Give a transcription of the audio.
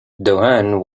doane